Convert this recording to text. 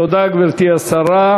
תודה, גברתי השרה.